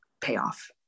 payoff